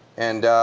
and